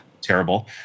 terrible